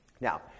Now